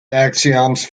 axioms